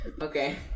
Okay